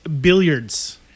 billiards